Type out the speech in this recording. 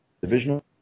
divisional